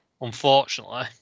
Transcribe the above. unfortunately